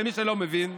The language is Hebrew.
למי שלא מבין,